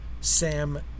Sam